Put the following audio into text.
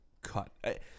cut